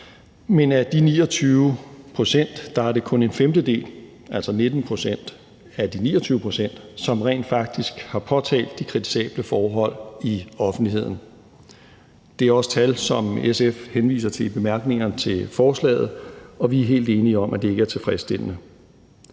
kendskab til, men det er kun en femtedel, altså 19 pct. af de 29 pct., som rent faktisk har påtalt de kritisable forhold i offentligheden. Det er også tal, som SF henviser til i bemærkningerne til forslaget, og vi er helt enige om, at det ikke er tilfredsstillende.